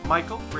Michael